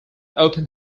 open